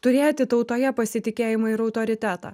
turėti tautoje pasitikėjimą ir autoritetą